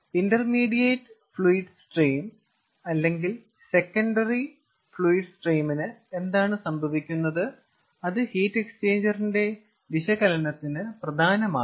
intermediate fluid stream അല്ലെങ്കിൽ secondary fluid സ്ട്രീമിന് എന്താണ് സംഭവിക്കുന്നത് അത് ഹീറ്റ് എക്സ്ചേഞ്ചറിന്റെ വിശകലനത്തിന് പ്രധാനമാണ്